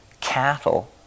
cattle